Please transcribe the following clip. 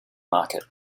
market